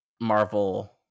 Marvel